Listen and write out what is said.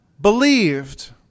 believed